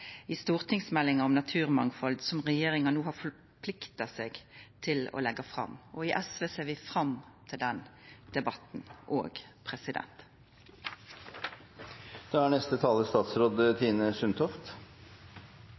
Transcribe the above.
i stortingsmeldinga om naturmangfald, som regjeringa no har forplikta seg til å leggja fram, og i SV ser vi fram til den debatten òg. Jeg er